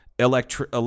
Electric